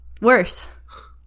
worse